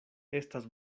estas